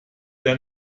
der